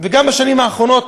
וגם בשנים האחרונות,